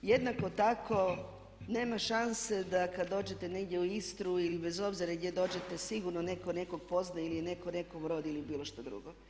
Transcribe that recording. Jednako tako nema šanse da kad dođete negdje u Istru i bez obzira gdje dođete sigurno netko nekog poznaje ili je netko nekom rod ili bilo što drugo.